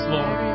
Lord